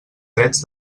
drets